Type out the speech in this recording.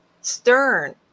stern